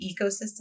ecosystem